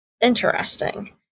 Interesting